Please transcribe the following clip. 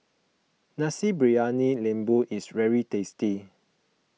Nasi Briyani Lembu is very tasty